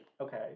Okay